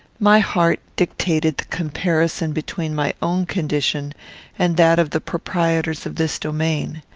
my heart dictated the comparison between my own condition and that of the proprietors of this domain.